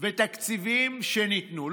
ותקציבים שניתנו.